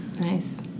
Nice